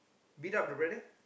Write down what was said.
beat up the brother